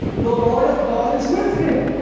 the lord of god is with him,